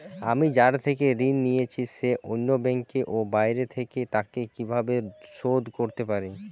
আমি যার থেকে ঋণ নিয়েছে সে অন্য ব্যাংকে ও বাইরে থাকে, তাকে কীভাবে শোধ করতে পারি?